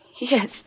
Yes